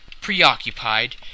preoccupied